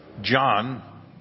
John